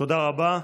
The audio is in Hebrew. תודה רבה.